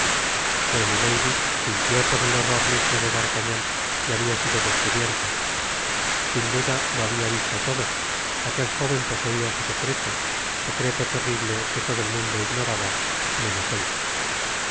pero milady sintió por el horror mismo de d'artagnan que habia sido descubierta sin duda lo habia visto todo aquel jóven poseia su secreto secreto terrible que todo el mundo ignoraba menos él